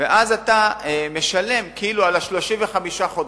ואז אתה משלם כאילו על 35 חודשים,